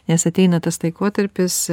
nes ateina tas laikotarpis